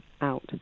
out